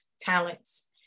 talents